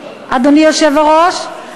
אדוני היושב-ראש.